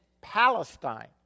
Palestine